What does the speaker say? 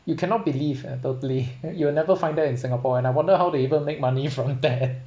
you cannot believe ah totally you'll never find that in singapore [one] I wonder how they even make money from that